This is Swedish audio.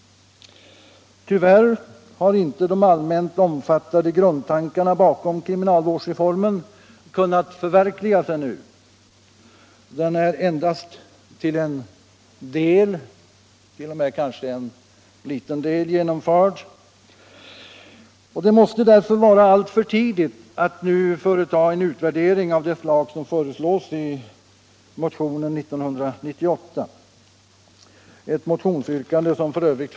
Tyvärr har inte de allmänt omfattade grundtankarna bakom kriminalvårdsreformen kunnat förverkligas ännu. Den är endast till en del —-t.o.m. kanske en liten del — genomförd. Det måste därför vara alltför tidigt att nu företa en utvärdering av det slag som föreslås i motionen 1998, ett motionsyrkande som f.ö.